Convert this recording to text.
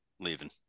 leaving